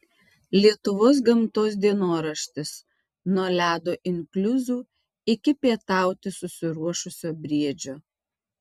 lietuvos gamtos dienoraštis nuo ledo inkliuzų iki pietauti susiruošusio briedžio